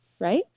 right